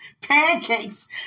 pancakes